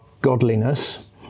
godliness